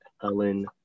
Helen